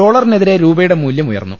ഡോളറിനെതിരെ രൂപയുടെ മൂല്യം ഉയർന്നു